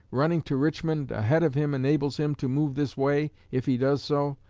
running to richmond ahead of him enables him to move this way, if he does so,